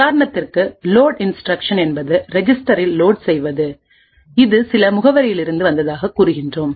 உதாரணத்திற்கு load instruction என்பது ரிஜிஸ்டரில் லோட் செய்வது இதுசில முகவரியிலிருந்து வந்ததாகக் கூறுகிறோம்